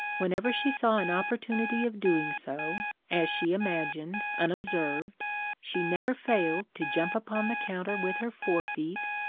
whenever she saw an opportunity of doing so, as she imagined, unobserved, she never failed to jump upon the counter with her fore feet,